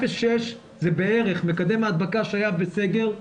0.6 זה בערך מקדם ההדבקה שהיה בסגר מארס-אפריל,